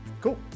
Cool